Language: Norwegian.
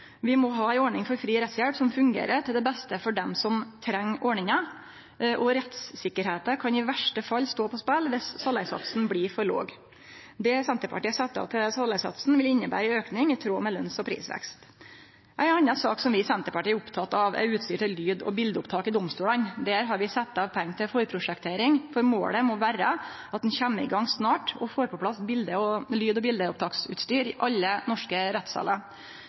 beste for dei som treng ordninga, og rettssikkerheita kan i verste fall stå på spel viss salærsatsen blir for låg. Det Senterpartiet har sett av til salærsatsen, vil innebere ein auke i tråd med lønns- og prisvekst. Ei anna sak som vi i Senterpartiet er opptekne av, er utstyr til lyd- og bildeopptak i domstolane. Der har vi sett av pengar til forprosjektering, for målet må vere at ein kjem i gang snart og får på plass lyd- og bildeopptaksutstyr i alle norske rettssalar.